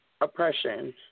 oppression